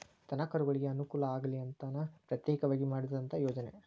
ದನಕರುಗಳಿಗೆ ಅನುಕೂಲ ಆಗಲಿ ಅಂತನ ಪ್ರತ್ಯೇಕವಾಗಿ ಮಾಡಿದಂತ ಯೋಜನೆ